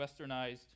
westernized